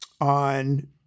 on